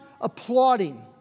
applauding